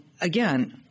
again